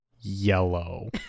yellow